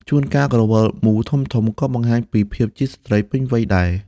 ជួនកាលក្រវិលមូលធំៗ ក៏បង្ហាញពីភាពជាស្ត្រីពេញវ័យដែរ។